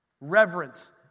Reverence